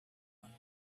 one